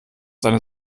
seine